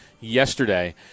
yesterday